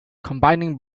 combining